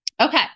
Okay